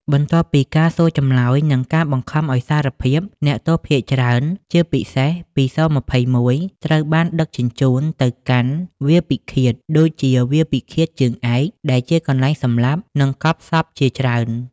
បន្ទាប់ពីការសួរចម្លើយ និងការបង្ខំឱ្យសារភាព អ្នកទោសភាគច្រើន (ជាពិសេសពី ស-២១) ត្រូវបានដឹកជញ្ជូនទៅកាន់ "វាលពិឃាត" ដូចជាវាលពិឃាតជើងឯក ដែលជាកន្លែងសម្លាប់ និងកប់សពជាច្រើន។